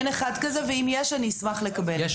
אין אחד כזה ואם יש, אני אשמח לקבל את שמו.